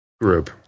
group